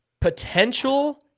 Potential